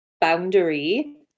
boundary